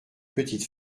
petite